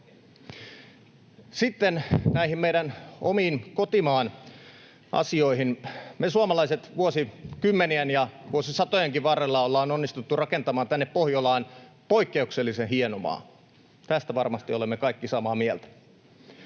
Sitten näihin meidän omiin, kotimaan asioihin. Me suomalaiset olemme vuosikymmenien ja vuosisatojenkin varrella onnistuneet rakentamaan tänne Pohjolaan poikkeuksellisen hienon maan. Tästä varmasti olemme kaikki samaa mieltä.